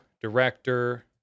director